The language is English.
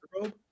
robe